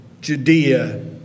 Judea